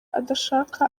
adashaka